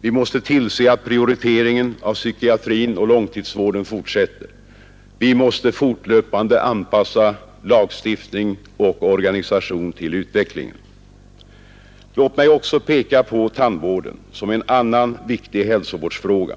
Vi måste tillse att prioriteringen av psykiatrin och långtidssjukvården fortsätter. Vi måste fortlöpande anpassa lagstiftning och organisation till utvecklingen. Låt mig också peka på tandvården som en annan viktig hälsovårdsfråga.